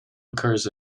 occurs